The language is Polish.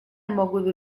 mogłyby